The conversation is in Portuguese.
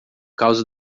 causa